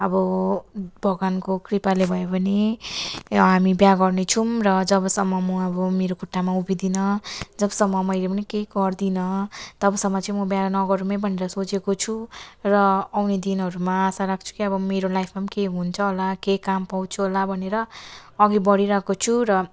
अब भगवानको कृपाले भयो भने हामी बिहा गर्नेछौँ र जबसम्म म अब मेरो खुट्टामा उभिदिनँ जबसम्म मैले पनि केही गर्दिनँ तबसम्म चाहिँ म बिहा नगरौँ नै भनेर सोचेको छु र आउने दिनहरूमा आशा राख्छु कि अब मेरो लाइफमा पनि केही हुन्छ होला केही काम पाउँछु होला भनेर अघि बढिरहेको छु र